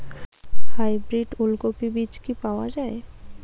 Hybrid ওলকফি বীজ কি পাওয়া য়ায়?